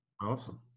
Awesome